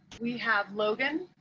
we have logan